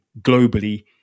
globally